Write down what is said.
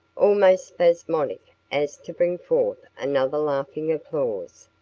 almost spasmodic, as to bring forth another laughing applause.